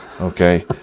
okay